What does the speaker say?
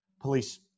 police